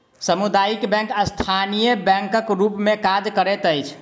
सामुदायिक बैंक स्थानीय बैंकक रूप मे काज करैत अछि